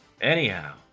Anyhow